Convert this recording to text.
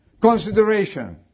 Consideration